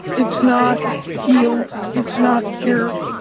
it's not healed. it's not cured.